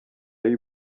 y’u